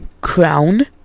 crown